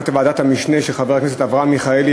גם בוועדת המשנה של חבר הכנסת אברהם מיכאלי,